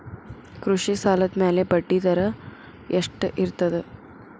ಕೃಷಿ ಸಾಲದ ಮ್ಯಾಲೆ ಬಡ್ಡಿದರಾ ಎಷ್ಟ ಇರ್ತದ?